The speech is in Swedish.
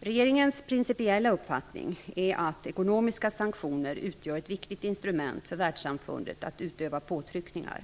Regeringens principiella uppfattning är att ekonomiska sanktioner utgör ett viktigt instrument för världssamfundet att utöva påtryckningar.